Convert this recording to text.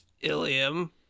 Ilium